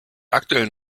aktuellen